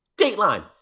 Dateline